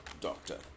doctor